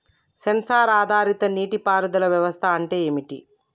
Censor ఆధారిత నీటి పారుదల వ్యవస్థ అంటే ఏమిటి?